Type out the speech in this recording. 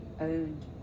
owned